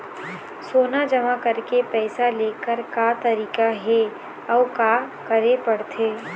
सोना जमा करके पैसा लेकर का तरीका हे अउ का करे पड़थे?